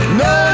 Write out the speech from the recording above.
no